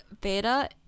beta